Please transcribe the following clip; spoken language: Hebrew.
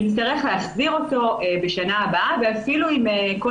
אני אצטרך להחזיר אותו בשנה הבאה ואפילו עם כל